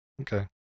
Okay